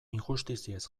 injustiziez